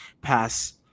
pass